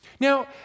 Now